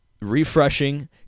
refreshing